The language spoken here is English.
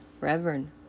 Reverend